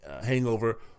hangover